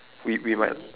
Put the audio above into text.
we we might